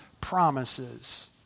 promises